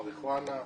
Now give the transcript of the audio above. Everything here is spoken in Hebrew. מריחואנה,